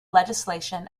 legislation